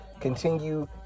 continue